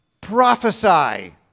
Prophesy